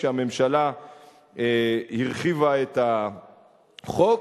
כשהממשלה הרחיבה את החוק.